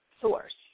source